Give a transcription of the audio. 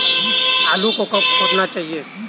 आलू को कब खोदना चाहिए?